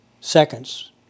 seconds